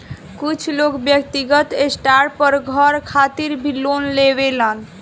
कुछ लोग व्यक्तिगत स्टार पर घर खातिर भी लोन लेवेलन